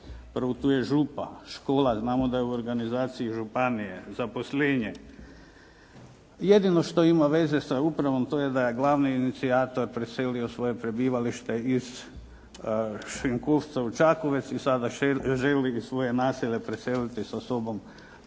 Prvo tu je župa, škola, znamo da je u organizaciji županije, zaposlenje. Jedino šta ima veze sa upravom to je da je glavni inicijator preselio svoje prebivalište iz Šenkovca u Čakovec i sada želi svoje naselje preseliti sa sobom